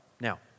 Now